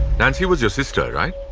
nancy was your sister, right?